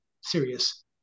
serious